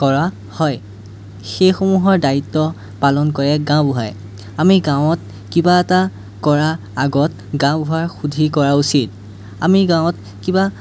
কৰা হয় সেইসমূহৰ দায়িত্ব পালন কৰে গাঁওবুঢ়াই আমি গাঁৱত কিবা এটা কৰা আগত গাঁওবুঢ়াক সুধি কৰা উচিত আমি গাঁৱত কিবা